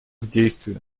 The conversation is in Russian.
действию